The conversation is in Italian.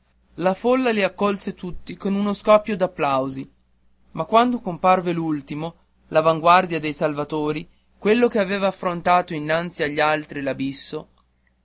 la folla li accolse tutti con uno scoppio d'applausi ma quando comparve l'ultimo l'avanguardia dei salvatori quello che aveva affrontato innanzi agli altri